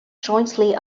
jointly